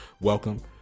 welcome